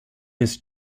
his